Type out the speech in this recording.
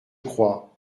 crois